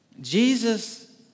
Jesus